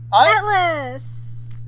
Atlas